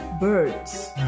birds